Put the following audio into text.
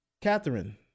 catherine